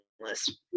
list